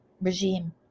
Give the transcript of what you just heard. regime